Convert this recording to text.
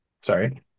sorry